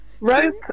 Rope